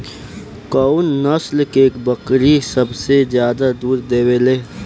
कउन नस्ल के बकरी सबसे ज्यादा दूध देवे लें?